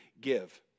give